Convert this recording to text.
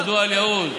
אח'דוהא אל-יהוד.